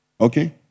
okay